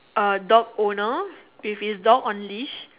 uh dog owner with his dog on leash